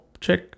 check